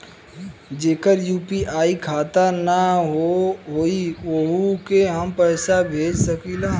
जेकर यू.पी.आई खाता ना होई वोहू के हम पैसा भेज सकीला?